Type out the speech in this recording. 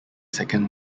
second